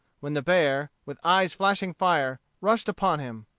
when the bear, with eyes flashing fire, rushed upon him.